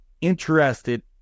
interested